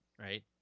right